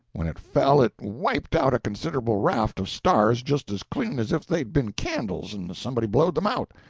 when it fell it wiped out a considerable raft of stars just as clean as if they'd been candles and somebody blowed them out.